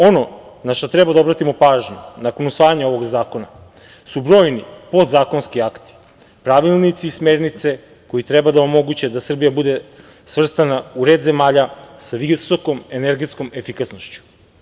Ono na šta treba da obratimo pažnju nakon usvajanja ovog zakona su brojni podzakonski akti, pravilnici i smernice koji treba da omoguće da Srbija bude svrstana u red zemalja sa visokom energetskom efikasnošću.